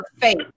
faith